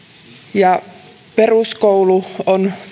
ja peruskoulu on